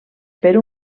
per